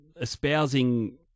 espousing